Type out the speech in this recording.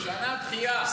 שנה דחייה.